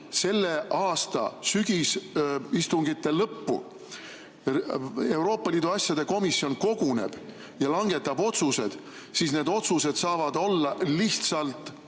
selle aasta sügisistungite lõppu Euroopa Liidu asjade komisjon koguneb ja langetab otsused, siis need otsused saavad olla lihtsalt